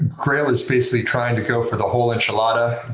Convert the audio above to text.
grail is basically trying to go for the whole enchilada.